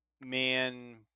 man